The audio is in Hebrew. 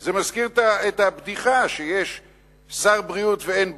זה מזכיר את הבדיחה: יש שר בריאות ואין בריאות,